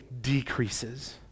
decreases